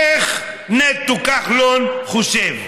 איך נטו כחלון חושב?